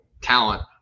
talent